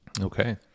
Okay